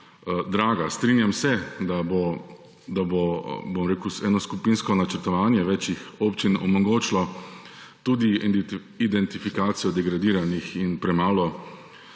draga. Strinjam se, da bo eno skupinsko načrtovanje več občin omogočilo tudi identifikacijo degradiranih in premalo